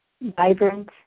vibrant